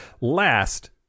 last